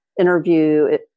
interview